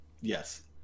Yes